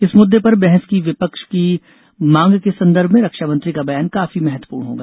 इस मुद्दे पर बहस की विपक्ष की मांग के संदर्भ में रक्षामंत्री का बयान काफी महत्वपूर्ण होगा